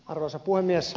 arvoisa puhemies